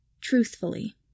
Truthfully